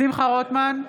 שמחה רוטמן,